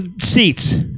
seats